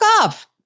off